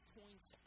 points